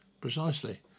Precisely